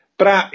Para